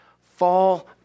fall